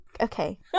okay